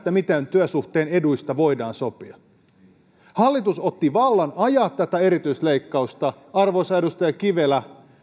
miten työsuhteen eduista voidaan sopia ja lähetti sen eteenpäin lausunnoille hallitus otti vallan ajaa tätä erityisleikkausta arvoisa edustaja kivelä